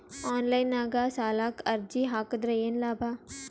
Online ನಾಗ್ ಸಾಲಕ್ ಅರ್ಜಿ ಹಾಕದ್ರ ಏನು ಲಾಭ?